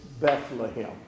Bethlehem